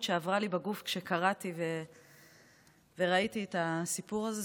שעברה לי בגוף כשקראתי וראיתי את הסיפור הזה.